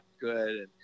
good